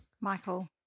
Michael